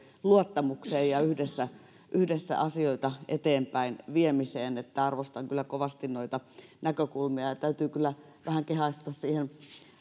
luottamukseen ja yhdessä yhdessä asioitten eteenpäinviemiseen arvostan kyllä kovasti noita näkökulmia täytyy kyllä vähän kehaista